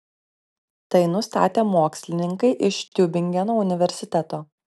tai nustatė mokslininkai iš tiubingeno universiteto